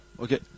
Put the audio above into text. Okay